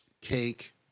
Cake